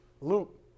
Luke